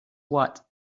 what